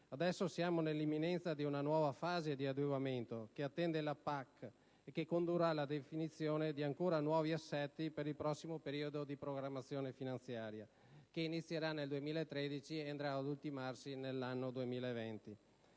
Adesso siamo nell'imminenza di una nuova fase di adeguamento che attende la PAC e che condurrà alla definizione di ancora nuovi assetti per il prossimo periodo di programmazione finanziaria, che inizierà nel 2013 e andrà ad ultimarsi nell'anno 2020.